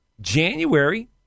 January